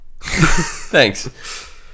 Thanks